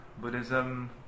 Buddhism